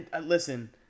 Listen